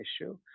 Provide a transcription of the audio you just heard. issue